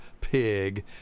pig